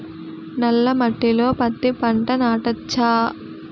నల్ల మట్టిలో పత్తి పంట నాటచ్చా?